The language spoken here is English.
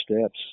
steps